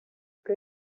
plait